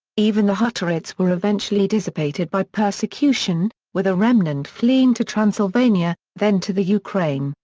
even the hutterites were eventually dissipated by persecution, with a remnant fleeing to transylvania, then to the ukraine,